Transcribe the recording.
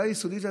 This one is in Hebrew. העבודה היסודית,